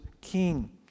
king